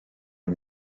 yng